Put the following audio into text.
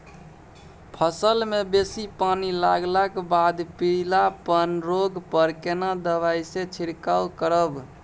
फसल मे बेसी पानी लागलाक बाद पीलापन रोग पर केना दबाई से छिरकाव करब?